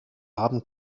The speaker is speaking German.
haben